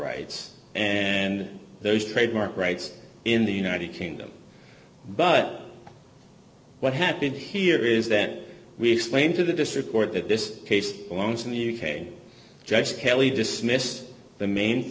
rights and those trademark rights in the united kingdom but what happened here is that we explained to the district court that this case belongs in the u k judge kelly dismissed the main